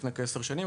לפני כעשר שנים,